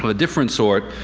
but different sort,